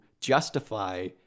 justify